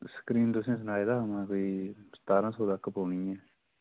screen तुसेंगी सनाए दा हा ना महां कोई सतारां सौ तक पौनी ऐ